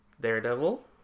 Daredevil